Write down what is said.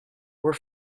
were